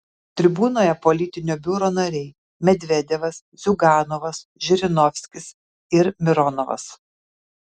tribūnoje politinio biuro nariai medvedevas ziuganovas žirinovskis ir mironovas